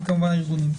וכמובן של הארגונים.